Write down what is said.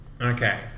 Okay